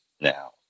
now